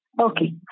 Okay